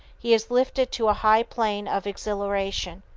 he is lifted to a high plane of exhilaration.